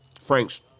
Frank's